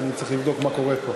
ואני צריך לבדוק מה קורה פה.